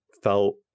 felt